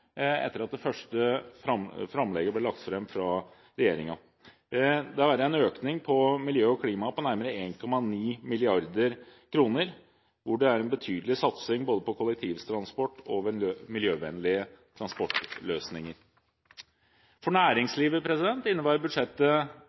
det første framlegget fra regjeringen. Det er en økning på miljø og klima på nærmere 1,9 mrd. kr, hvor det er en betydelig satsing på kollektivtransport og miljøvennlige transportløsninger. For næringslivet innebærer budsjettet